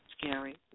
scary